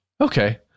Okay